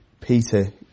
Peter